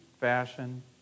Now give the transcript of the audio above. fashion